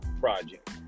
Project